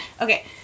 Okay